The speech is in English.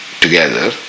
together